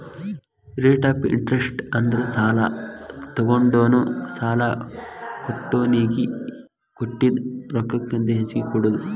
rate of interest ಅಂದ್ರ ಸಾಲಾ ತೊಗೊಂಡೋನು ಸಾಲಾ ಕೊಟ್ಟೋನಿಗಿ ಕೊಟ್ಟಿದ್ ರೊಕ್ಕಕ್ಕಿಂತ ಹೆಚ್ಚಿಗಿ ಕೊಡೋದ್